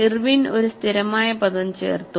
Irwin ഒരു സ്ഥിരമായ പദം ചേർത്തു